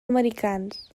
americans